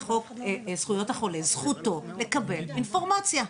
חוק זכויות החולה זכותו לקבל אינפורמציה.